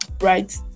right